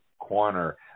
Corner